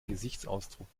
gesichtsausdruck